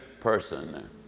person